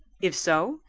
if so,